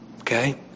Okay